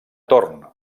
torn